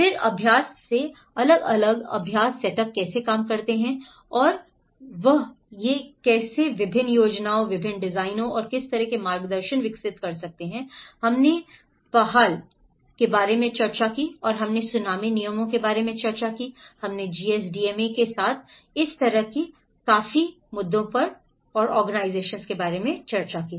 फिर अभ्यास ने अलग अलग अभ्यास सेटअप कैसे काम किए हैं और वह यह है कि कैसे वे विभिन्न योजनाओं विभिन्न डिजाइनों और किस तरह के मार्गदर्शन विकसित किए हैं हमने PAHAL के बारे में चर्चा की और हमने सुनामी नियमों के बारे में चर्चा की हमने GSDMA के साथ इस तरह की चर्चा की